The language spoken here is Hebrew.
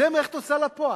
זאת מערכת הוצאה לפועל.